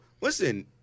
listen